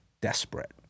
desperate